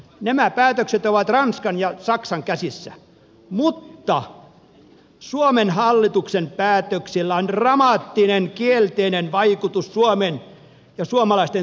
nämä päätökset ovat ranskan ja saksan käsissä mutta suomen hallituksen päätöksillä on dramaattinen kielteinen vaikutus suomen ja suomalaisten tulevaisuuteen